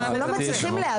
הנושא יעלה שם.